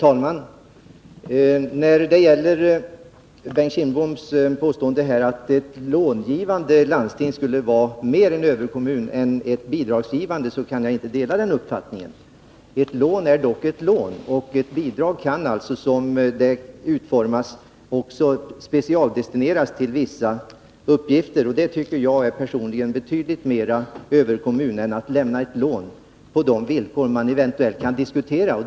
Herr talman! Bengt Kindbom påstår att ett långivande landsting skulle vara en överkommun i högre grad än ett bidragsgivande landsting. Jag kan inte dela den uppfattningen. Ett lån är dock ett lån, och ett bidrag kan utformas så, att det specialdestineras till vissa uppgifter. Jag tycker personligen att ett landsting som ger sådana bidrag är överkommun i betydligt större utsträckning än ett landsting som lämnar ett lån på villkor som eventuellt kan diskuteras.